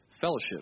fellowship